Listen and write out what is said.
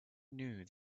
knew